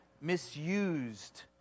misused